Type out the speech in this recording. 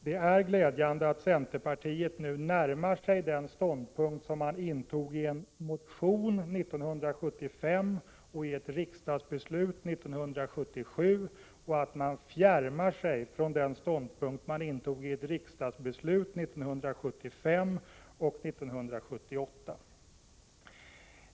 Det är positivt att centerpartiet nu närmar sig den ståndpunkt som man intog i en motion 1975 och i ett riksdagsbeslut 1977 och att man fjärmar sig från den ståndpunkt som man intog i riksdagsbeslut 1975 och 1978.